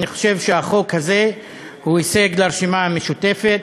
אני חושב שהחוק הזה הוא הישג לרשימה המשותפת,